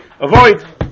avoid